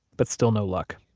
but still no luck.